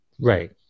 Right